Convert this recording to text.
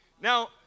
Now